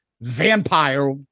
vampire